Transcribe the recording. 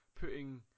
putting